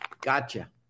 gotcha